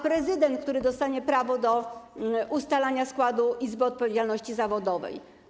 Prezydent, który dostanie prawo do ustalania składu izby odpowiedzialności zawodowej.